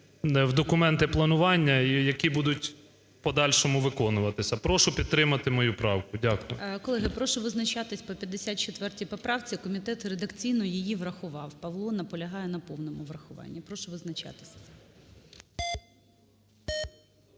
в документи планування, які будуть в подальшому виконуватися. Прошу підтримати мою правку. Дякую. ГОЛОВУЮЧИЙ. Колеги, прошу визначатись по 54 поправці. Комітет редакційно її врахував. Павло наполягає на повному врахуванні. Прошу визначатися.